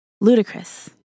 ludicrous